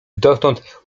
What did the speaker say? dotąd